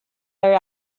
are